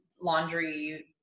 laundry